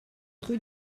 rue